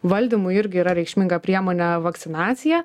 valdymui irgi yra reikšminga priemonė vakcinacija